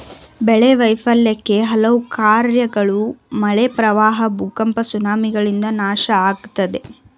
ಬೆಳೆ ವೈಫಲ್ಯಕ್ಕೆ ಹಲವು ಕಾರ್ಣಗಳು ಮಳೆ ಪ್ರವಾಹ ಭೂಕಂಪ ಸುನಾಮಿಗಳಿಂದ ನಾಶ ಆಯ್ತದೆ